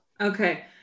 Okay